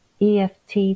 EFT